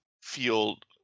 Field